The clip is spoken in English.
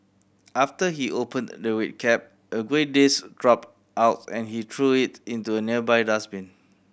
after he opened the red cap a grey disc dropped out and he threw it into a nearby dustbin